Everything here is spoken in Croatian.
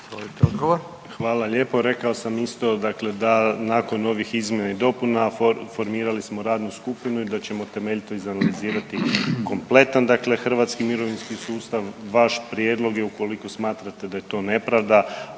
Hvala lijepo, rekao sam isto dakle da nakon ovih izmjena i dopuna formirali smo radnu skupinu i da ćemo temeljito izanalizirati kompletan dakle hrvatski mirovinski sustav. Vaš prijedlog je ukoliko smatrate da je to nepravda